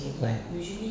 ya